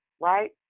right